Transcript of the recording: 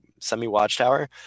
semi-watchtower